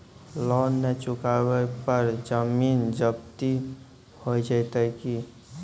Loan न चुका पर जमीन जब्ती हो जैत की?